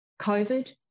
COVID